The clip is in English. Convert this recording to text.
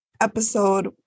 episode